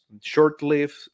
short-lived